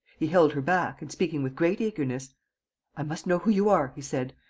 he held her back and, speaking with great eagerness i must know who you are, he said.